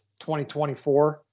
2024